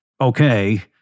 Okay